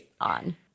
on